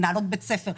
מנהלות בית ספר,